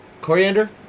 Coriander